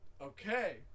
Okay